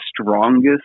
strongest